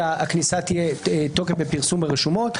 אלא שהכניסה תהיה תוקף בפרסום ברשומות,